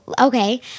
okay